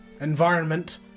environment